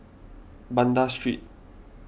Banda Street